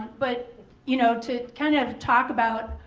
but you know to kind of talk about,